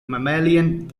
mammalian